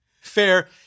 fair